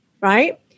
Right